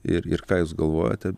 ir ir ką jūs galvojate